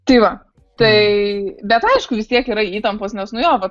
tai va tai bet aišku vis tiek yra įtampos nes nu jo vat